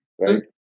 right